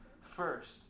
first